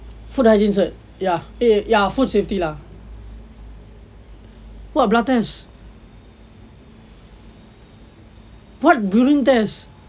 food hygiene cert ya eh ya food safety lah what blood test what urine test